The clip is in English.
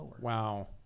Wow